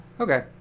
Okay